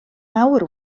awr